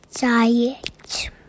Diet